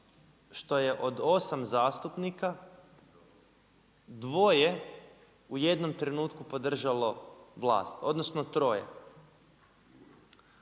što je od 8 zastupnika dvoje u jednom trenutku podržalo vlast, odnosno troje.